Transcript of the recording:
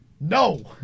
No